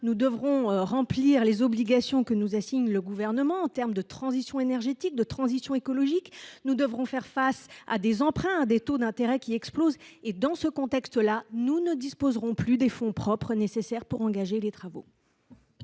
ils devront remplir les obligations que leur assigne le Gouvernement en matière de transition énergétique et de transition écologique et qu’ils devront rembourser leurs emprunts à des taux d’intérêt qui explosent. Dans un tel contexte, ils ne disposeront plus des fonds propres nécessaires pour engager des travaux.